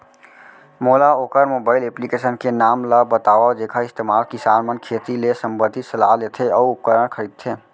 मोला वोकर mobile application के नाम ल बतावव जेखर इस्तेमाल किसान मन खेती ले संबंधित सलाह लेथे अऊ उपकरण खरीदथे?